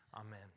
Amen